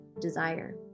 desire